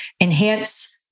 enhance